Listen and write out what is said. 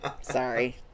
Sorry